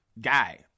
guy